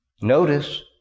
notice